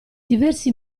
diversi